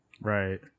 Right